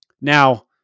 now